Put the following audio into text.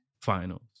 Finals